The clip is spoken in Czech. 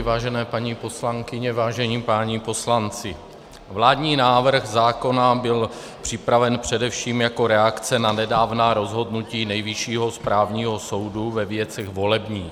Vážené paní poslankyně, vážení páni poslanci, vládní návrh zákona byl připraven především jako reakce na nedávná rozhodnutí Nejvyššího správního soudu ve věcech volebních.